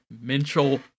mental